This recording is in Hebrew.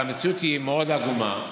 אבל המציאות היא מאוד עגומה.